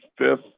fifth